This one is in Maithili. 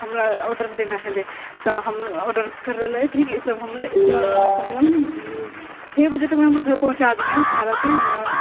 हमरा ऑर्डर देना हलै तऽ हम ऑर्डर करल ई सब हम नऽ इतना कमसँ कम छओ बजे तकमे हमर घर पहुँचाए दिहऽ सारा चीज हमरा